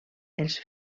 els